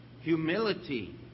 Humility